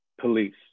police